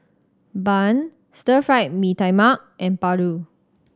bun Stir Fried Mee Tai Mak and paru